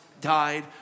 died